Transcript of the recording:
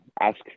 ask